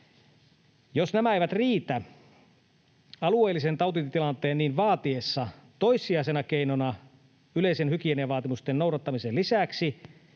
Jos nämä eivät riitä, alueellisen tautitilanteen niin vaatiessa toissijaisena keinona yleisten hygieniavaatimusten noudattamisen lisäksi